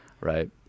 right